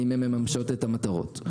מממשות את המטרות.